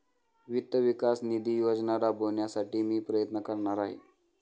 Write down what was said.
वित्त विकास निधी योजना राबविण्यासाठी मी प्रयत्न करणार आहे